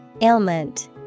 Ailment